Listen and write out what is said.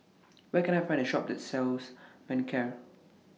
Where Can I Find A Shop that sells Manicare